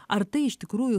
ar tai iš tikrųjų